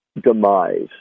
demise